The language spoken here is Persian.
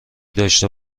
داشته